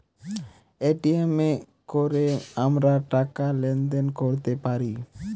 Paytm এ কোরে আমরা টাকা লেনদেন কোরতে পারি